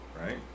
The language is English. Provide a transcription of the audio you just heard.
right